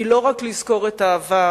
היא לא רק לזכור את העבר,